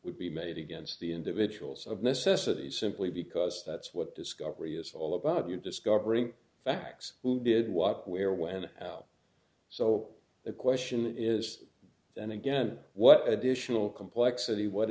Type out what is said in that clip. would be made against the individuals of necessity simply because that's what discovery is all about you're discovering facts who did walk where when and so the question is and again what additional complexity what